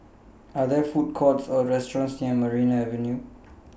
Are There Food Courts Or restaurants near Maria Avenue